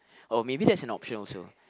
oh maybe that's an option also